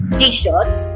t-shirts